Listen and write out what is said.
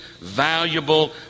valuable